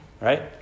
Right